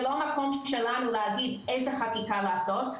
זה לא מקום שלנו להגיד איזה חקיקה לעשות,